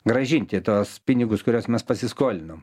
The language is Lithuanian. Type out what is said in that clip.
grąžinti tuos pinigus kuriuos mes pasiskolinom